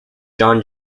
john